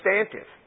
substantive